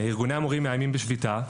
ארגוני המורים מאיימים בשביתה,